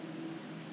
the the extra